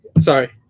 sorry